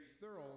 thorough